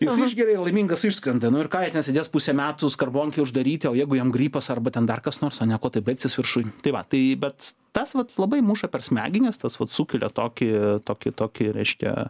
jis išgeria ir laimingas išskrenda nu ir ką jie ten sėdės pusę metų skarbonkėj uždaryti o jeigu jam gripas arba ten dar kas nors ane kuo tai baigsis viršuj tai va tai bet tas vat labai muša per smegenis tas vats sukelia tokį tokį tokį reiškia